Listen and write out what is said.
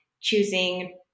choosing